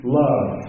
love